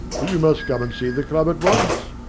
but you must come and see the club at once.